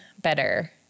better